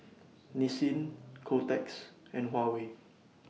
Nissin Kotex and Huawei